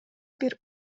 бир